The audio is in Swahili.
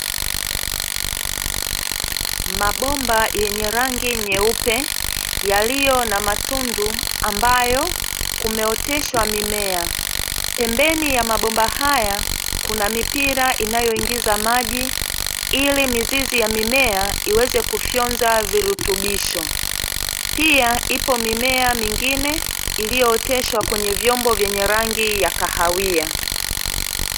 Mabomba yenye rangi nyeupe yaliyo na matundu ambayo kumeoteshwa mimea. Pembeni ya mabomba haya kuna mipira inayoingiza maji ili mizizi ya mimea iweze kufyonza virutubisho. Pia ipo mimea mingine iliyooteshwa kwenye vyombo vyenye rangi ya kahawia.